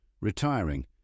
Retiring